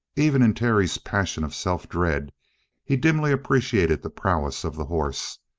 even in terry's passion of self-dread he dimly appreciated the prowess of the horse,